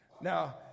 Now